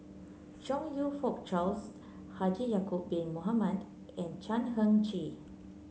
Chong You Fook Charles Haji Ya'acob Bin Mohamed and Chan Heng Chee